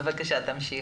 בבקשה, תמשיך.